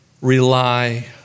rely